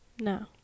No